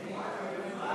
מה?